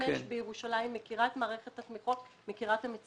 אני מכירה את מערכת התמיכות בבית שמש ובירושלים ומכירה את המציאות.